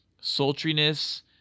sultriness